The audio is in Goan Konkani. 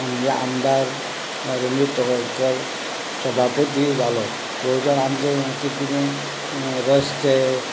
आमचो आमदार म्हणल्यार रोमयो तोवडकर सभापती जालो थंयच्यान आमचें कितें कितें रस्ते